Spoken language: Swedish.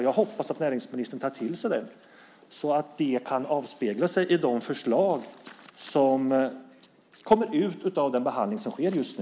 Jag hoppas att näringsministern tar till sig den så att den kan avspegla sig i de förslag som kommer ut av den behandling som sker just nu.